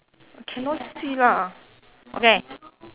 cannot see lah okay